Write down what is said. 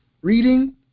reading